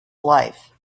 life